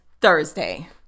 thursday